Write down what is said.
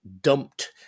dumped